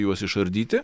juos išardyti